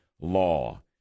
law